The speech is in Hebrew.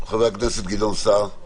חבר הכנסת גדעון סער,